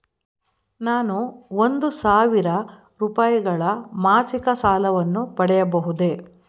ನಾನು ಒಂದು ಸಾವಿರ ರೂಪಾಯಿಗಳ ಮಾಸಿಕ ಸಾಲವನ್ನು ಪಡೆಯಬಹುದೇ?